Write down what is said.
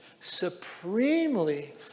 supremely